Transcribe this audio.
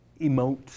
emote